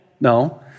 No